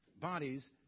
bodies